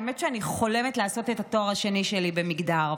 האמת היא שאני חולמת לעשות את התואר השני שלי במגדר.